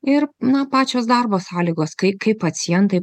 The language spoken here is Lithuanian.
ir na pačios darbo sąlygos kaip kaip pacientai